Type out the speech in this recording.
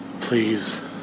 please